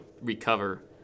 recover